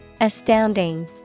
Astounding